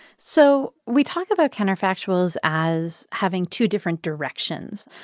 so we talk about counterfactuals as having two different directions.